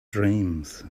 dreams